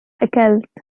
أكلت